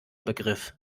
begriff